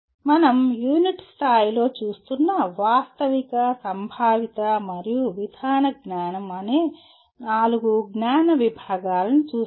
మనం యూనిట్ స్థాయిలో చూస్తున్న వాస్తవిక సంభావిత మరియు విధాన జ్ఞానం అనే నాలుగు జ్ఞాన విభాగాలని చూస్తాము